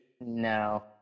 No